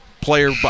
player